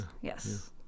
yes